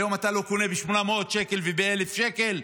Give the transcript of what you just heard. היום אתה לא קונה ב-800 שקל וב-1,000 שקל?